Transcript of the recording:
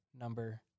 number